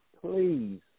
please